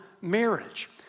marriage